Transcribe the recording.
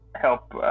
help